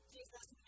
Jesus